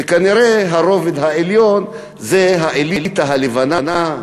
וכנראה הרובד העליון זה האליטה הלבנה,